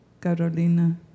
Carolina